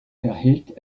erhielt